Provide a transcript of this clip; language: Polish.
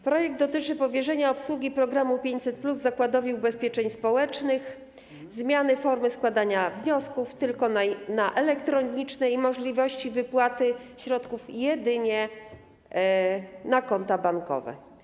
Projekt dotyczy powierzenia obsługi programu 500+ Zakładowi Ubezpieczeń Społecznych, zmiany formy składania wniosków tylko na elektroniczne i możliwości wypłaty środków jedynie na konta bankowe.